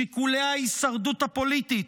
שיקולי ההישרדות הפוליטית,